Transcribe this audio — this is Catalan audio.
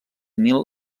mil